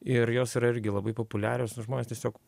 ir jos yra irgi labai populiarios nes žmonės tiesiog